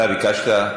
אתה ביקשת?